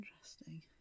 Interesting